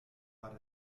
war